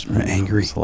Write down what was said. angry